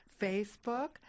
facebook